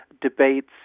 debates